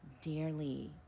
dearly